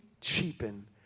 cheapen